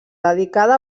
dedicada